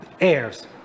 heirs